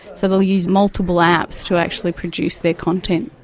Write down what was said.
so they'll use multiple apps to actually produce their content.